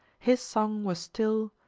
his song was still,